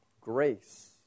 grace